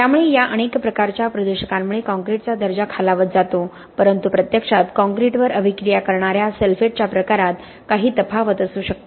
त्यामुळे या अनेक प्रकारच्या प्रदूषकांमुळे काँक्रीटचा दर्जा खालावत जातो परंतु प्रत्यक्षात काँक्रीटवर अभिक्रिया करणाऱ्या सल्फेटच्या प्रकारात काही तफावत असू शकते